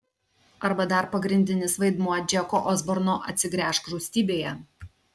arba dar pagrindinis vaidmuo džeko osborno atsigręžk rūstybėje